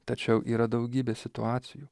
tačiau yra daugybė situacijų